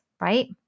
right